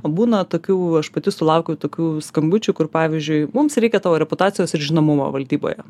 būna tokių aš pati sulaukiu tokių skambučių kur pavyzdžiui mums reikia tavo reputacijos ir žinomumo valdyboje